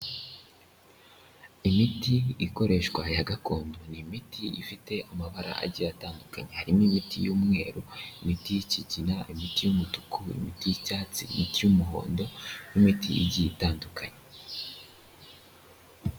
Imiti ikoreshwa ya gakondo ni imiti ifite amabara agiye atandukanye, harimo imiti y'umweru, imiti y'ikigina, imiti y'umutuku, imiti y'icyatsi n'icy'umuhondo n'imiti igiye itandukanye.